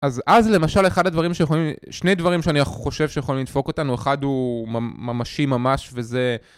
אז למשל אחד הדברים שיכולים... שני דברים שאני חושב שיכולים לדפוק אותנו, אחד הוא ממשי ממש וזה...